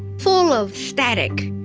full of static.